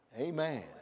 Amen